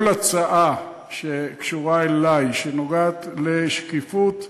כל הצעה שקשורה אלי שנוגעת לשקיפות,